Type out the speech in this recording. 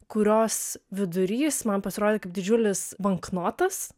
kurios vidurys man pasirodė kaip didžiulis banknotas